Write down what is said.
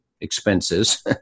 expenses